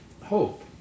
hope